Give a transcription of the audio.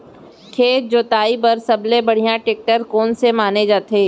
खेत जोताई बर सबले बढ़िया टेकटर कोन से माने जाथे?